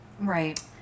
Right